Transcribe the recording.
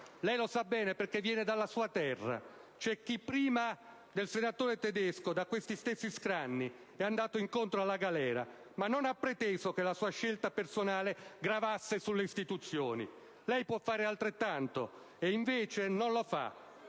lei lo sa bene, perché viene dalla sua terra. C'è chi, prima del senatore Tedesco, da questi stessi scranni è andato incontro alla galera, ma non ha preteso che la sua scelta personale gravasse sulle istituzioni. Lei può fare altrettanto, senatore